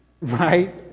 right